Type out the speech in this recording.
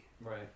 Right